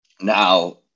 Now